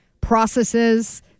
processes